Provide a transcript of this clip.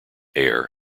air